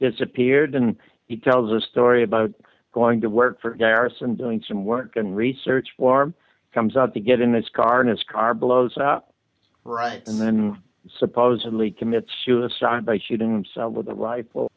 it's appeared and he tells a story about going to work for garrison doing some work and research war comes out to get in this car and it's car blows up right and then supposedly commits suicide by shooting themselves with a rifle